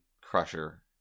Crusher